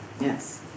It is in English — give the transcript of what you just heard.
Yes